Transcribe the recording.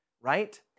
Right